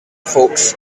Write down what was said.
folks